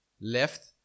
Left